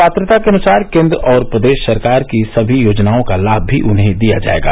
पात्रता के अनुसार केन्द्र और प्रदेश सरकार की सभी योजनाओं का लाभ भी उन्हे दिया जायेगा